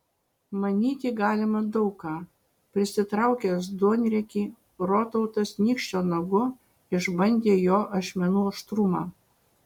manyti galima daug ką prisitraukęs duonriekį rotautas nykščio nagu išbandė jo ašmenų aštrumą